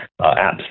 apps